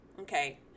Okay